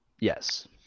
Yes